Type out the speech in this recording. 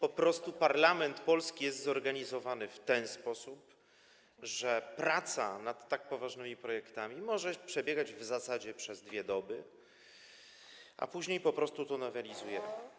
Po prostu polski parlament jest zorganizowany w taki sposób, że praca nad tak poważnymi projektami może przebiegać w zasadzie przez dwie doby, a później po prostu to nowelizujemy.